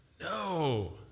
No